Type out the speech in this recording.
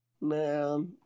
man